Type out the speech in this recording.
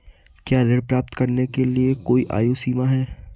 क्या ऋण प्राप्त करने के लिए कोई आयु सीमा है?